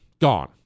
gone